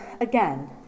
again